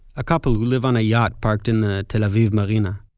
a couple who live on a yacht parked in the tel aviv marina.